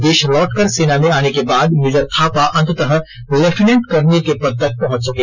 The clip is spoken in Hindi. देश लौटकर सेना में आने के बाद मेजर थापा अंततः लेफ्टिनेंट कर्नल के पद तक पहुँचे